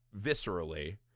viscerally